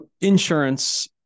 insurance